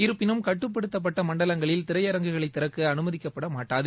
இருப்பினும் கட்டுப்படுத்தப்பட்ட மண்டலங்களில் திரையரங்குகளை திறக்க அமைதிக்கப்பட மாட்டாது